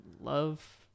love